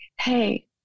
hey